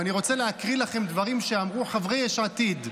ואני רוצה להקריא לכם דברים שאמרו חברי יש עתיד.